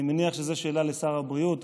אני מניח שזו שאלה לשר הבריאות,